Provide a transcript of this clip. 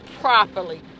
properly